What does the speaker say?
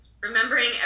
remembering